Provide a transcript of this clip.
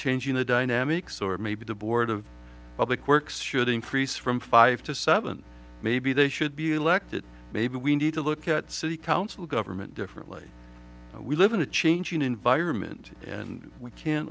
change in the dynamics or maybe the board of public works should increase from five to seven maybe they should be elected maybe we need to look at city council government differently we live in a changing environment and we can